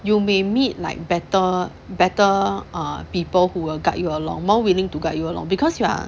you may meet like better better err people who will guide you along more willing to guide you along because you are